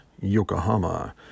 yokohama